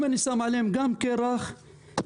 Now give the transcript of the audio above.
אם אני שם עליהם גם קרח לשעתיים,